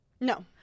No